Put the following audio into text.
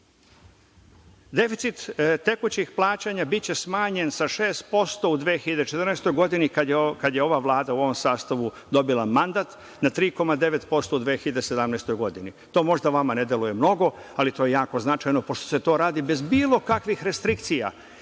tekućih plaćanja biće smanjen sa 6% u 2014. godini, kada je ova Vlada u ovom sastavu dobila mandat, na 3,9% u 2017. godini. To možda vama ne deluje mnogo, ali to je jako značajno, pošto se to radi bez bilo kakvih restrikcija